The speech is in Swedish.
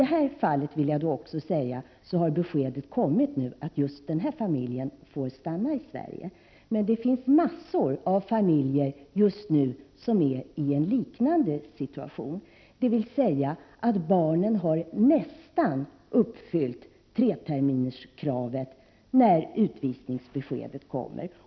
Jag vill också säga att besked nu har kommit att just den familjen får stanna i Sverige. Men det finns många familjer som just nu är i en liknande situation, dvs. att barnen nästan har uppfyllt treterminskravet när utvisningsbeskedet kommer.